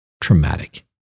traumatic